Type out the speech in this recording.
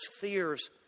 fears